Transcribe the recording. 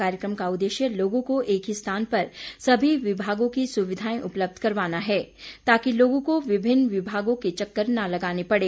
कार्यक्रम का उद्देश्य लोगों को एक ही स्थान पर सभी विभागों की सुविधाएं उपलब्ध करवाना है ताकि लोगों को विभिन्न विभागों के चक्कर ना लगाने पड़े